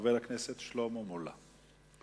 חבר הכנסת שלמה מולה.